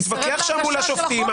התווכח שם מול השופטים,